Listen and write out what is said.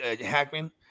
Hackman